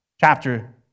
chapter